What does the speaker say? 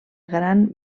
gran